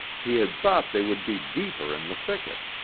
he had thought they would be deeper in the thicket.